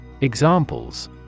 Examples